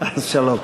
אז שלום.